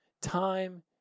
time